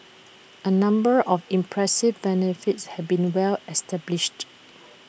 A number of impressive benefits have been well established